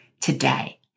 today